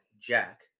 Jack